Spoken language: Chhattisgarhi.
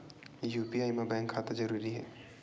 यू.पी.आई मा बैंक खाता जरूरी हे?